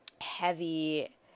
heavy